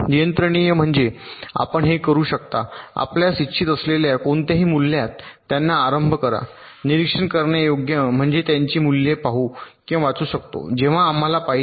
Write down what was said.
नियंत्रणीय म्हणजे आपण हे करू शकता आपल्यास इच्छित असलेल्या कोणत्याही मूल्यात त्यांना आरंभ करा निरीक्षण करण्यायोग्य म्हणजे आम्ही त्यांची मूल्ये पाहू किंवा वाचू शकतो जेव्हा आम्हाला पाहिजे